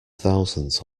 thousands